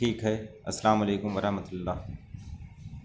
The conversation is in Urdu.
ٹھیک ہے السلام علیکم ورحمتہ اللہ